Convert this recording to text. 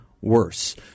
worse